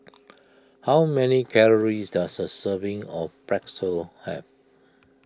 how many calories does a serving of Pretzel have